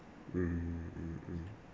mm mm mm